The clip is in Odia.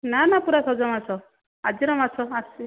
ନା ନା ପୁରା ସଜ ମାଛ ଆଜିର ମାଛ ଆସିଛି